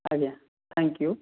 ଆଜ୍ଞା thank you